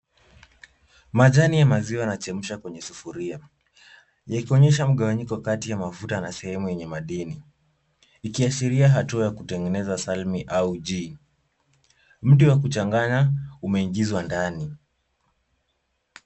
Majani ya maziwa yanachemshwa kwenye sufuria . Yakionyesha mgawanyiko kati ya mafuta na sehemu yenye madini ikiashiria hatua ya kutengeneza salmi au ghee . Mti wa kuchanganya umeingizwa ndani.